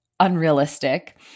Unrealistic